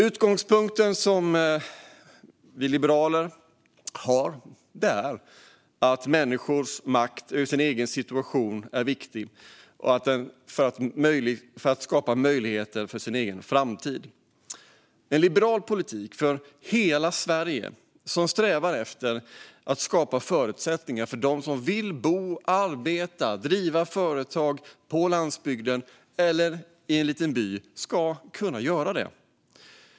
Utgångspunkten som vi liberaler har är att människors makt över sin egen situation är viktig och att det är viktigt att man kan skapa möjligheter för sin egen framtid. En liberal politik för hela Sverige strävar efter att skapa förutsättningar för att de som vill bo, arbeta eller driva företag på landsbygden eller i en liten by ska kunna göra det.